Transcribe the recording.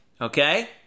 Okay